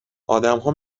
آدمها